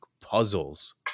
puzzles